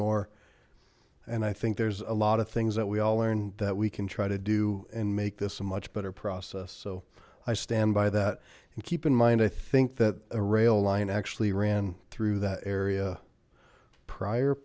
more and i think there's a lot of things that we all learn that we can try to do and make this a much better process so i stand by that and keep in mind i think that a rail line actually ran through that area prior